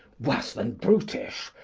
worse than brutish!